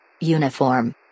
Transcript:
Uniform